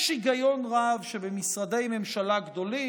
יש היגיון רב שבמשרדי ממשלה גדולים,